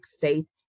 faith